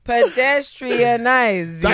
Pedestrianize